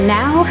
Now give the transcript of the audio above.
now